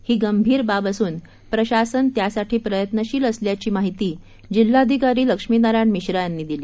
ही गंभीर बाब असून प्रशासन त्यासाठी प्रयत्नशील असल्याची माहिती जिल्हाधिकारी लक्ष्मीनारायण मिश्रा यांनी दिली